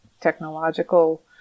technological